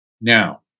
Now